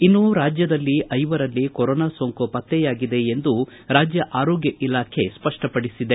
ಇನ್ನೂ ರಾಜ್ಯದ ಐವರಲ್ಲಿ ಕೊರೊನಾ ಸೋಂಕು ಪತ್ತೆಯಾಗಿದೆ ಎಂದು ರಾಜ್ಯ ಆರೋಗ್ಯ ಇಲಾಖೆ ಸ್ಪಷ್ಟಪಡಿಸಿದೆ